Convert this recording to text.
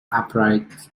upright